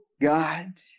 God